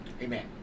Amen